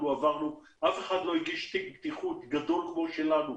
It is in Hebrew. עברנו אף אחד לא הגיש תיק בטיחות גדול כמו שלנו,